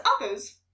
others